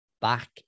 back